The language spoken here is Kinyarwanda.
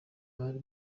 bari